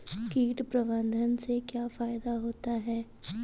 कीट प्रबंधन से क्या फायदा होता है?